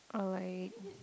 alright